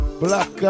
black